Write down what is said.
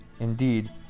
Indeed